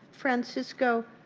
francisco,